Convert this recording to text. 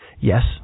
Yes